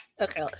Okay